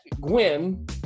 Gwen